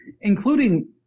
including